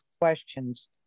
questions